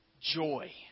joy